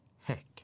heck